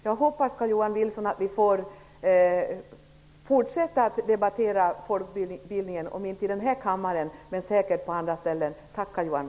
Jag hoppas, Carl-Johan Wilson, att vi får fortsätta att debattera folkbildningen, om inte i denna kammare så på andra ställen. Tack, Carl-Johan